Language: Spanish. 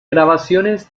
grabaciones